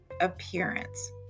appearance